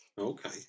Okay